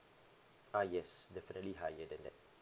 uh yes definitely higher than that